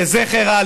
ממש חבל שלא,